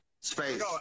Space